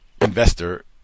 investor